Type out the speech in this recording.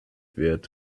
wird